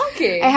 Okay